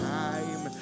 time